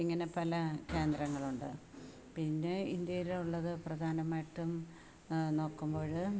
ഇങ്ങനെ പല കേന്ദ്രങ്ങളുണ്ട് പിന്നെ ഇന്ത്യയിൽ ഉള്ളത് പ്രധാനമായിട്ടും നോക്കുമ്പോൾ